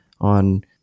on